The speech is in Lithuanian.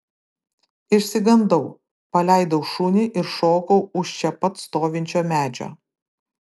išsigandau paleidau šunį ir šokau už čia pat stovinčio medžio